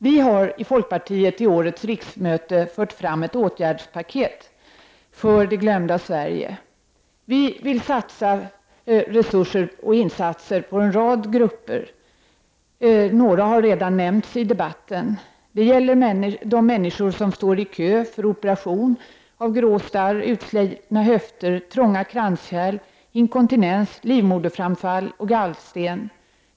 Vi i folkpartiet har till årets riksmöte fört fram ett åtgärdspaket för ”det glömda Sverige”.Vi vill satsa resurser och insatser på en rad grupper, några har redan nämnts i debatten: - De människor som står i kö för operation av gråstarr, utslitna höfter, trånga kranskärl, inkontinens, livmoderframfall och gallsten.